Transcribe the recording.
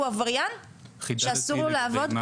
הוא עבריין שאסור לו לעבוד?